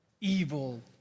evil